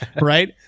Right